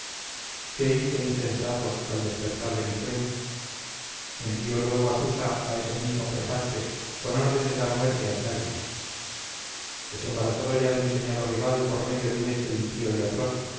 qué hice insensato al despertar de mi sueño envío luego a susa a ese mismo prejaspes con orden de dar muerte a esmerdis desembarazado ya de mi soñado rival por medio de un hecho impío y atroz